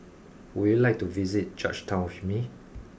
would you like to visit Georgetown with me